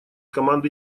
команды